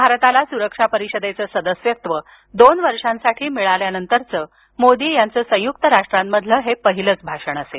भारताला सुरक्षा परिषदेचं सदस्यत्व दोन वर्षांसाठी मिळाल्यानंतरचं मोदी याचं संयुक्त राष्ट्रांमधलं हे पहिलंच भाषण असेल